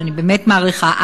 שאני באמת מעריכה,